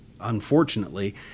unfortunately